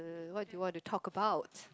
uh what do you want to talk about